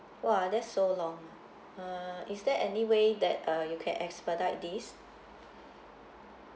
!wah! that's so long uh is there any way that uh you can expedite this